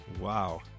Wow